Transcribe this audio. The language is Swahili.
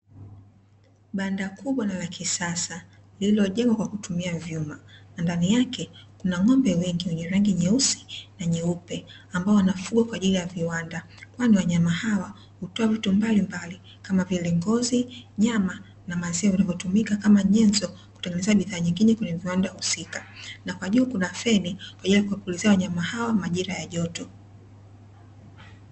Banda kubwa na la kisasa lililojengwa kwa kutumia vyuma na ndani yake kuna ng'ombe wengi wenye rangi nyeusi na nyeupe ambao wanafugwa kwa ajili ya viwanda kwani wanyama hao hutoa vitu mbalimbali kama vile ngozi, nyama na maziwa yanayotumika kama nyenzo kutengenezea bidhaa nyingine kwenye viwanda husika na kwa juu kuna feni kwa ajili ya kuwapulizia wanyama hao majira ya joto.